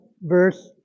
verse